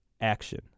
action